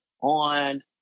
on